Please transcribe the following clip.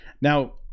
Now